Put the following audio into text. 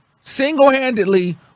single-handedly